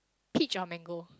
peach or mango